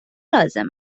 لازم